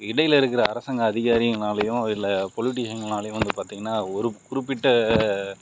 இடையில் இருக்கிற அரசாங்க அதிகாரிங்கனாலேயும் இல்லை பொலிட்டிஷியங்கனாலேயும் வந்து பார்த்தீங்கனா ஒரு குறிப்பிட்ட